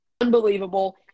Unbelievable